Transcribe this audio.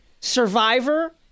Survivor